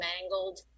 mangled